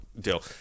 deal